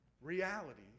Reality